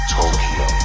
Tokyo